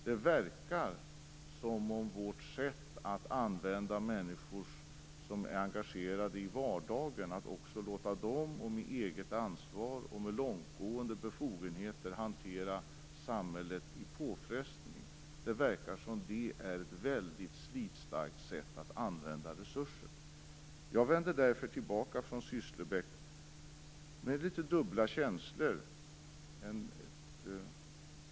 Det verkar som om vårt sätt, att använda människor som är engagerade i vardagen och låta dem med eget ansvar och långtgående befogenheter hantera samhället i påfrestning, är ett väldigt slitstarkt sätt att använda resurser. Jag vände därför tillbaka från Sysslebäck med dubbla känslor.